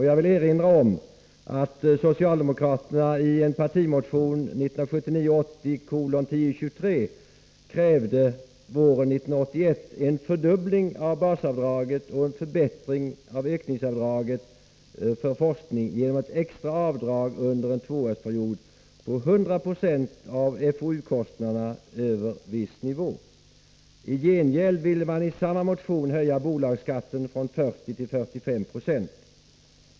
Jag vill erinra om att socialdemokraterna våren 1981 i en partimotion, 1979/80:1023, krävde en fördubbling av basavdraget och en förbättring av ökningsavdraget för forskning genom ett extra avdrag under en tvåårsperiod på 100 96 av FoU-kostnaderna över viss nivå. I gengäld ville man enligt samma motion höja bolagsskatten från 40-45 926.